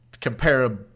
comparable